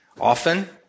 Often